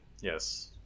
Yes